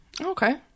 okay